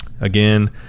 again